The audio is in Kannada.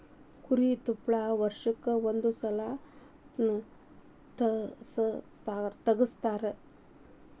ಕುರಿ ತುಪ್ಪಳಾನ ವರ್ಷಕ್ಕ ಒಂದ ಸಲಾ ತಗಸತಾರಂತ